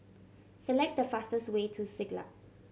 select the fastest way to Siglap